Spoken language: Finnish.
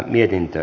kannatan